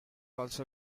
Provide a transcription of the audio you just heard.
also